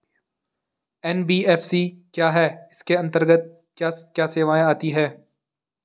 NBFC क्या है इसके अंतर्गत क्या क्या सेवाएँ आती हैं?